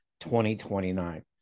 2029